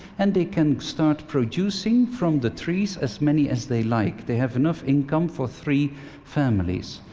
and they can start producing from the trees as many as they like. they have enough income for three families.